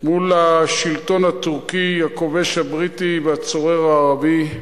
מול השלטון הטורקי, הכובש הבריטי והצורר הערבי.